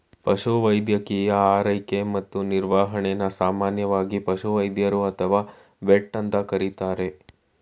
ಪಶುವೈದ್ಯಕೀಯ ಆರೈಕೆ ಮತ್ತು ನಿರ್ವಹಣೆನ ಸಾಮಾನ್ಯವಾಗಿ ಪಶುವೈದ್ಯರು ಅಥವಾ ವೆಟ್ ಅಂತ ಕರೀತಾರೆ